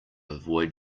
avoid